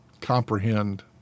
comprehend